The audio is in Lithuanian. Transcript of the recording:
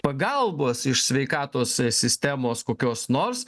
pagalbos iš sveikatos sistemos kokios nors